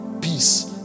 peace